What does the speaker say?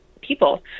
people